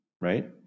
right